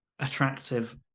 attractive